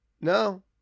No